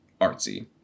artsy